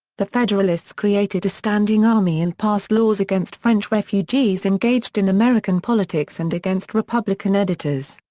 the federalists created a standing army and passed laws against french refugees engaged in american politics and against republican editors.